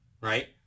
right